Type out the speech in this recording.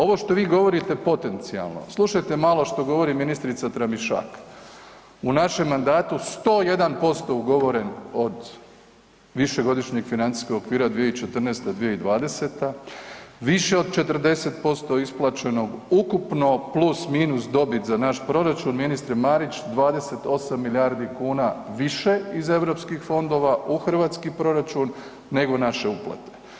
Ovo što vi govorite potencijalno, slušajte malo što govori ministrica Tramišak, u našem mandatu 101% ugovoren od višegodišnjeg financijskog okvira od 2014. – 2020., više od 40% isplaćenog ukupno plus, minus dobit za naš proračun, ministre Marić 28 milijardi kuna više iz Europskih fondova u hrvatski proračun nego naše uplate.